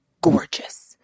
gorgeous